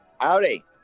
Howdy